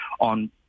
on